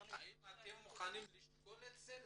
האם אתם מוכנים לשקול לעשות את זה?